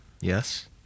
Yes